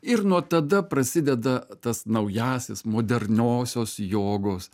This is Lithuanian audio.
ir nuo tada prasideda tas naujasis moderniosios jogos